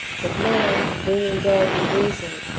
but man, being endowed with reason,